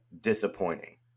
disappointing